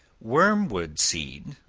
wormwood seed,